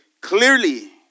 clearly